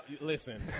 listen